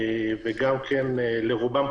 לרובם,